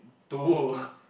two